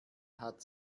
hat